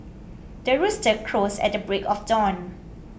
the rooster crows at the break of dawn